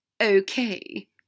Okay